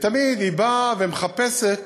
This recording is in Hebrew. ותמיד היא באה ומחפשת